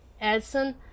Edson